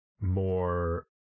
more